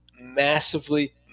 massively